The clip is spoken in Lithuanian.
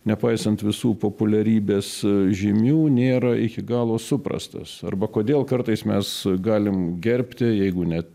nepaisant visų populiarybės žymių nėra iki galo suprastas arba kodėl kartais mes galim gerbti jeigu net